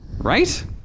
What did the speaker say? right